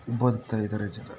ಬದುಕ್ತಾ ಇದ್ದಾರೆ ಜನ